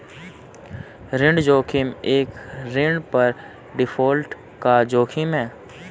ऋण जोखिम एक ऋण पर डिफ़ॉल्ट का जोखिम है